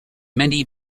many